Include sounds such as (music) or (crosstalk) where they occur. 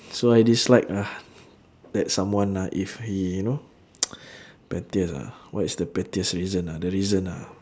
so I dislike lah that someone ah if he you know (noise) pettiest ah what is the pettiest reason ah the reason ah